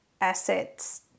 assets